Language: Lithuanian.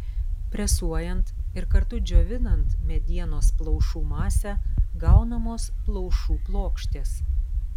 presuojant ir kartu džiovinant medienos plaušų masę gaunamos plaušų plokštės